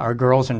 are girls and